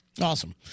Awesome